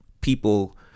people